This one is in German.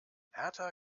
hertha